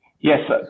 Yes